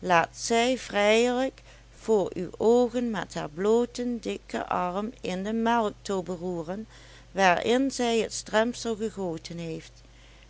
laat zij vrijelijk voor uw oogen met haar blooten dikken arm in de melktobbe roeren waarin zij het stremsel gegoten heeft